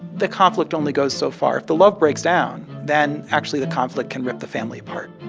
the conflict only goes so far. if the love breaks down, then actually, the conflict can rip the family apart